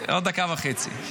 עוד דקה וחצי.